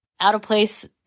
out-of-place